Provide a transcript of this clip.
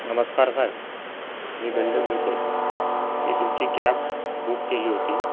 नमस्कार साहेब मी भेंडे बोलतो आहे मी तुमची कॅब बुक केली होती